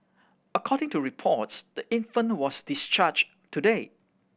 according to reports the infant was discharged today